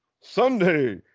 Sunday